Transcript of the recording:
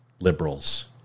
liberals